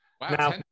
Wow